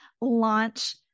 launch